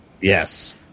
yes